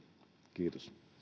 kiitos